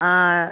ആ